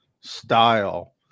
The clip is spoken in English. style